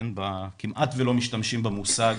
כמעט ולא משתמשים במושג